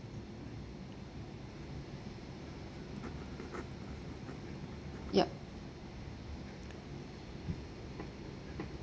yup